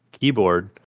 keyboard